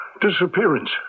disappearance